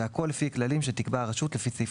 והכול לפי כללים שתקבע הרשות לפי סעיף